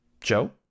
Joe